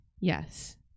yes